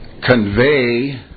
convey